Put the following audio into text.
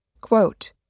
Quote